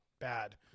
bad